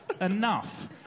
enough